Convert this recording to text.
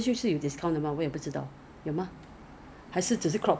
tampines mall 那边有 Innisfree it's it's cheaper then ah